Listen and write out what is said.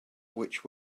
which